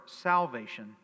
salvation